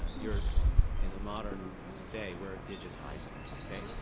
ah you're in a modern day, we're digitizing, okay.